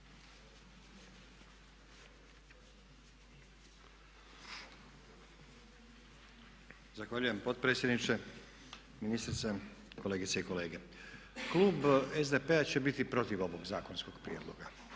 Zahvaljujem potpredsjedniče, ministrice, kolegice i kolege. Klub SDP-a će biti protiv ovog zakonskog prijedloga